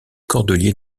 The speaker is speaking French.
cordeliers